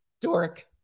Dork